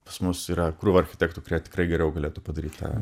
pas mus yra krūva architektų kurie tikrai geriau galėtų padaryt tą